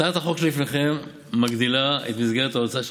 הצעת החוק שלפניכם מגדילה את מסגרת ההוצאה של